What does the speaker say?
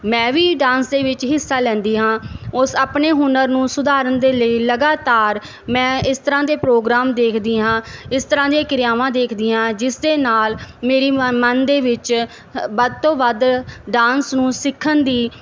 ਮੈਂ ਵੀ ਡਾਂਸ ਦੇ ਵਿੱਚ ਹਿੱਸਾ ਲੈਂਦੀ ਹਾਂ ਉਸ ਆਪਣੇ ਹੁਨਰ ਨੂੰ ਸੁਧਾਰਨ ਦੇ ਲਈ ਲਗਾਤਾਰ ਮੈਂ ਇਸ ਤਰ੍ਹਾਂ ਦੇ ਪ੍ਰੋਗਰਾਮ ਦੇਖਦੀ ਹਾਂ ਇਸ ਤਰ੍ਹਾਂ ਦੀਆਂ ਕਿਰਿਆਵਾਂ ਦੇਖਦੀ ਹਾਂ ਜਿਸ ਦੇ ਨਾਲ ਮੇਰੀ ਮਨ ਦੇ ਵਿੱਚ ਵੱਧ ਤੋਂ ਵੱਧ ਡਾਂਸ ਨੂੰ ਸਿੱਖਣ ਦੀ